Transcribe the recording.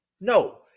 No